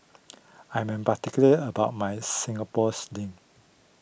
I am particular about my Singapore Sling